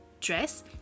dress